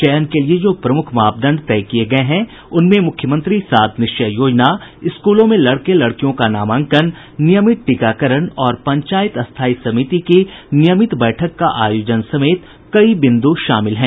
चयन के लिये जो प्रमुख मापदंड तय किये गये हैं उनमें मुख्यमंत्री सात निश्चय योजना स्कूलों में लड़के लड़कियों का नामांकन नियमित टीकाकरण और पंचायत स्थायी समिति की नियमित बैठक का आयोजन समेत कई बिन्दु शामिल हैं